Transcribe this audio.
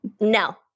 No